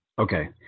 Okay